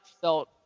felt